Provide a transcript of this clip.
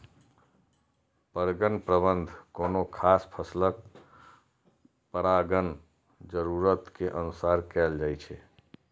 परगण प्रबंधन कोनो खास फसलक परागण जरूरत के अनुसार कैल जाइ छै